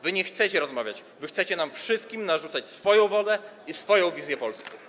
Wy nie chcecie rozmawiać, wy chcecie nam wszystkim narzucać swoją wolę i swoją wizję Polski.